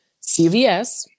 cvs